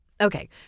Okay